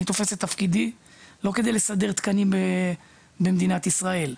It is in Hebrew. אני לא תופס את תפקידי כדי לסדר תקנים במדינת ישראל,